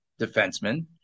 defenseman